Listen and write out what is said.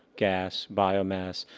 gas, biomass,